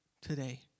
today